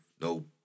no